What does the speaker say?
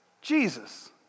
Jesus